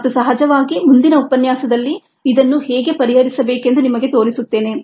ಮತ್ತು ಸಹಜವಾಗಿ ಮುಂದಿನ ಉಪನ್ಯಾಸದಲ್ಲಿ ಇದನ್ನು ಹೇಗೆ ಪರಿಹರಿಸಬೇಕೆಂದು ನಿಮಗೆ ತೋರಿಸುತ್ತೇನೆ